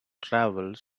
travels